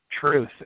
truth